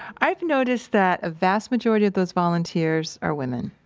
i've noticed that a vast majority of those volunteers are women.